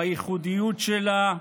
בייחודיות שלה,